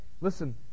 Listen